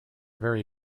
very